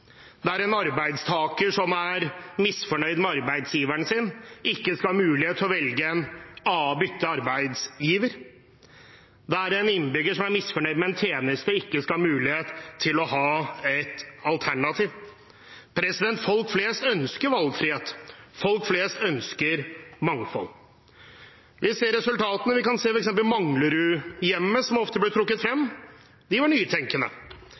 der en arbeidstaker som er misfornøyd med arbeidsgiveren sin, ikke skal ha mulighet til å bytte arbeidsgiver, der en innbygger som er misfornøyd med en tjeneste, ikke skal ha mulighet til å ha et alternativ. Folk flest ønsker valgfrihet. Folk flest ønsker mangfold. Vi ser resultatene – f.eks. på Manglerudhjemmet, som ofte blir trukket frem. De var nytenkende.